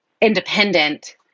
independent